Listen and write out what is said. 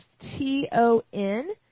T-O-N